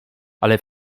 ale